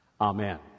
Amen